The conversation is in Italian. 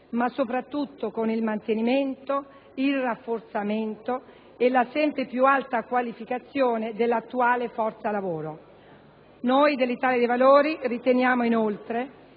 ma soprattutto con il mantenimento, il rafforzamento e la sempre più alta qualificazione dell'attuale forza lavoro. Noi dell'Italia dei Valori riteniamo, inoltre,